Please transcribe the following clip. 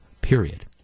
period